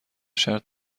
شرط